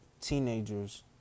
teenagers